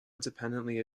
independently